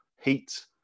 heat